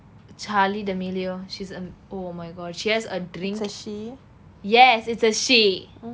charlie D amilo she's an oh my god she has a drinks ah she yes it's a she